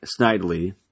Snidely